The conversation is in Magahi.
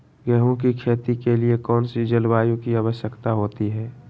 गेंहू की खेती के लिए कौन सी जलवायु की आवश्यकता होती है?